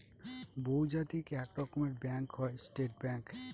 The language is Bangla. বহুজাতিক এক রকমের ব্যাঙ্ক হয় স্টেট ব্যাঙ্ক